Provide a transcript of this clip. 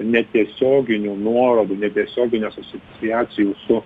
netiesioginių nuorodų netiesioginių asociacijų su